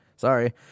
Sorry